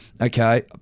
Okay